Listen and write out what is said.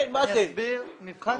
אני אסביר.